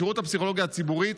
בשירות הפסיכולוגי הציבורי.